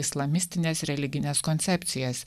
islamistines religines koncepcijas